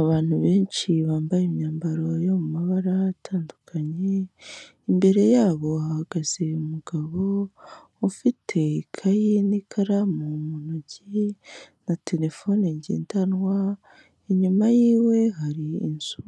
Abantu benshi bambaye imyambaro yo mu mabara atandukanye, imbere yabo hahagaze umugabo, ufite ikaye n'ikaramu mu ntoki na terefone ngendanwa, inyuma yiwe hari inzu